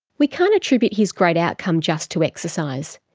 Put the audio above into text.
we can't attribute his great outcome just to exercise.